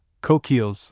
Coquilles